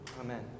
amen